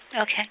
Okay